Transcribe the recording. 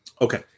Okay